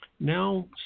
Now